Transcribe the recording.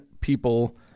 people